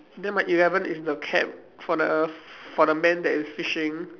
then my eleven is the cap for the for the man that is fishing